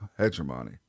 hegemony